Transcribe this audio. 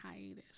hiatus